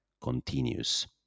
continues